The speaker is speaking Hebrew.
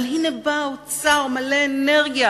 אבל הנה בא האוצר מלא אנרגיה,